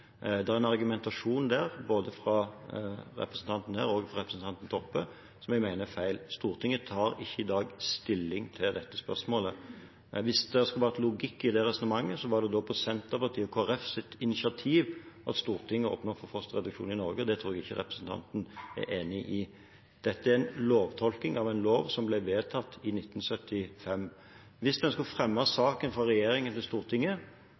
er en argumentasjon der, både fra representanten her og fra representanten Toppe, som jeg mener er feil. Stortinget tar ikke i dag stilling til dette spørsmålet. Hvis det skulle ha vært logikk i det resonnementet, så var det da på Senterpartiets og Kristelig Folkepartis initiativ at Stortinget åpnet opp for fosterreduksjon i Norge, og det tror jeg ikke representanten er enig i. Dette er en lovtolkning av en lov som ble vedtatt i 1975. Hvis en skulle fremmet saken fra regjeringen til Stortinget